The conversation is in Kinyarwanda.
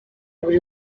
buri